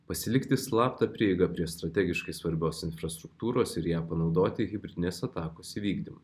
pasilikti slaptą prieigą prie strategiškai svarbios infrastruktūros ir ją panaudoti hibridinės atakos įvykdyme